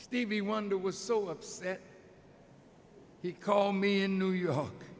stevie wonder was so upset he called me in new york